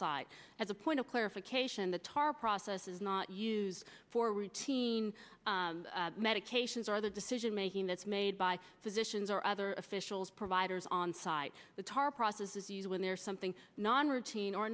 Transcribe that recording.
side as a point of clarification the tar process is not used for routine medications or the decision making that's made by physicians or other officials providers on site the tar processes when there's something non routine or